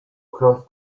across